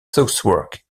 southwark